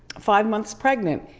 five months pregnant.